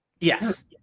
Yes